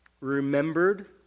remembered